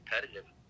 competitive